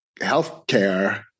healthcare